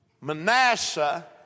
Manasseh